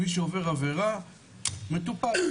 מי שעובר עבירה מטופל.